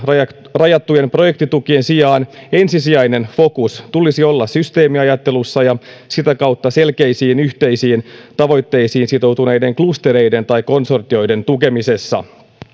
rajattujen projektitukien sijaan ensisijaisen fokuksen tulisi olla systeemiajattelussa ja sitä kautta selkeisiin yhteisiin tavoitteisiin sitoutuneiden klustereiden tai konsortioiden tukemisessa